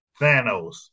Thanos